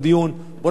בוא נשאיר את זה בצד.